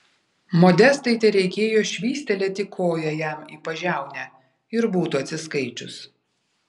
modestai tereikėjo švystelėti koja jam į pažiaunę ir būtų atsiskaičius